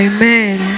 Amen